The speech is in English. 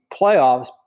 playoffs